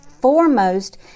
foremost